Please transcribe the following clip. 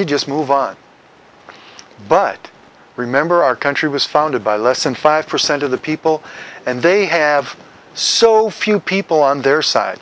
you just move on but remember our country was founded by less than five percent of the people and they have so few people on their side